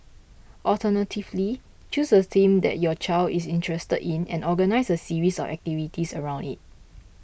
alternatively choose a theme that your child is interested in and organise a series of activities around it